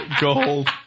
gold